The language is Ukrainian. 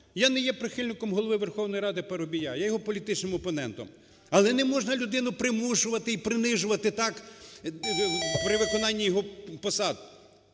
Я не є прихильником Голови Верховної Ради Парубія, я є його політичним опонентом, але не можна людину примушувати і принижувати так при виконанні його посад.